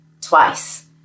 twice